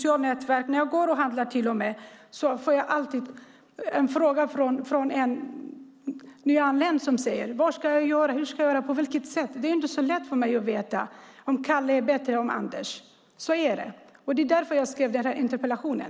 Till och med när jag går och handlar får jag alltid en fråga från en nyanländ som säger: Vad ska jag göra? Hur ska jag göra? Och det är ju inte så lätt för mig att veta om Kalle är bättre än Anders. Det är därför jag skrev den här interpellationen.